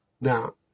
Now